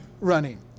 running